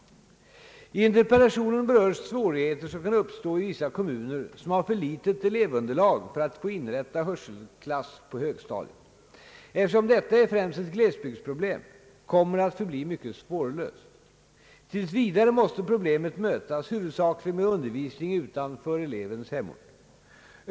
I interpellationen berörs svårigheter som kan uppstå i vissa kommuner som har för litet elevunderlag för att få inrätta hörselklass på högstadiet. Eftersom detta är främst ett glesbygdsproblem, kommer det att förbli mycket svårlöst. Tills vidare måste problemet mötas huvudsakligen med undervisning utanför elevens hemort.